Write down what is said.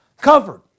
covered